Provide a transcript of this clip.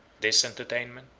this entertainment,